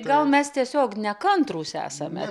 gal mes tiesiog nekantrūs esame